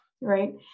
right